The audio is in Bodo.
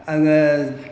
आङो